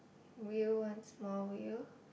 wheel one small wheel